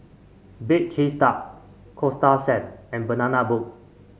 Bake Cheese Tart Coasta Sand and Banana Boat